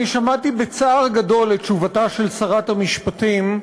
אני שמעתי בצער גדול את תשובתה של שרת המשפטים,